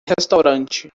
restaurante